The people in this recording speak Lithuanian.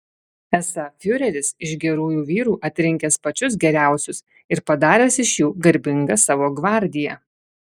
esą fiureris iš gerųjų vyrų atrinkęs pačius geriausius ir padaręs iš jų garbingą savo gvardiją